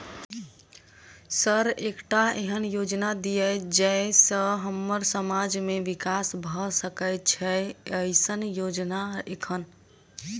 Sir एकटा एहन योजना दिय जै सऽ हम्मर समाज मे विकास भऽ सकै छैय एईसन योजना एखन?